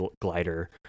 glider